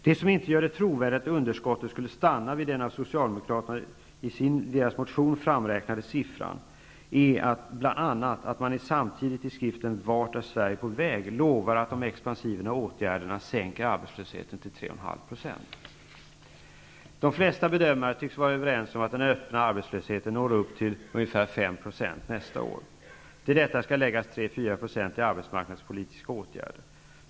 Det som inte gör det trovärdigt att underskottet skulle stanna vid denna av Socialdemokraterna i sin motion framräknade siffra är bl.a. att man samtidigt i skriften ''Vart är Sverige på väg?'' lovar att de expansiva åtgärderna sänker arbetslösheten till 3,5 %. De flesta bedömare tycks vara överens om att den öppna arbetslösheten når upp till drygt 5 % nästa år. Till detta skall läggas 3--4 % i arbetsmarknadspolitiska åtgärder.